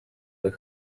the